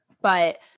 but-